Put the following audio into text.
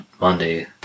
Monday